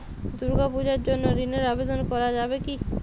দুর্গাপূজার জন্য ঋণের আবেদন করা যাবে কি?